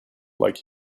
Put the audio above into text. like